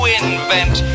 invent